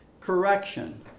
correction